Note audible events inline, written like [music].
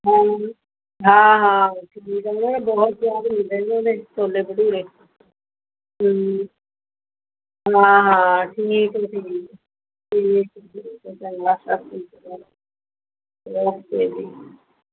ਹਾਂ ਹਾਂ [unintelligible] ਬਹੁਤ ਸੁਆਦ ਹੁੰਦੇ ਉਨ੍ਹਾਂ ਦੇ ਛੋਲੇ ਭਟੂਰੇ ਹਾਂ ਹਾਂ ਠੀਕ ਹੈ ਠੀਕ ਹੈ [unintelligible] ਚੰਗਾ ਸਤਿ ਸ਼੍ਰੀ ਅਕਾਲ ਓਕੇ ਜੀ